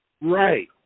Right